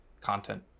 content